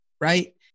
right